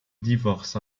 divorce